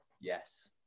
Yes